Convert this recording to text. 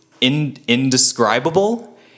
indescribable